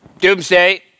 Doomsday